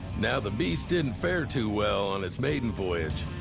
now, the beast didn't fare too well on its maiden voyage,